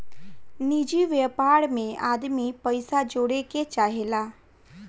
निजि व्यापार मे आदमी पइसा जोड़े के चाहेला